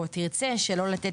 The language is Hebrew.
או תרצה שלא לתת,